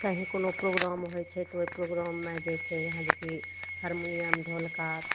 कहीं कोनो प्रोग्राम होइ छै तऽ ओइ प्रोग्राममे जे छै अहाँ जे कि हार्मोनीयम ढोलक